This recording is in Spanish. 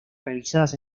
realizadas